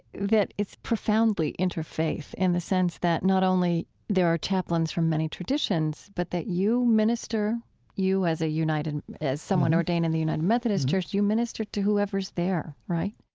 that it's profoundly interfaith in the sense that not only there are chaplains from many traditions, but that you minister you as a united, someone ordained in the united methodist church you minister to whoever's there, right?